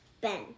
Ben